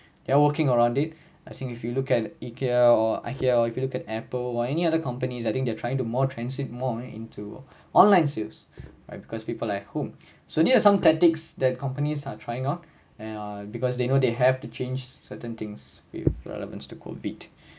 they are working around it I think if you look at ikea or ikea or if you look at apple or any other companies I think they're trying to more transit more into online sales right because people at home so these are some tactics that companies are trying out and err because they know they have to change certain things with relevance to COVID